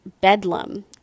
Bedlam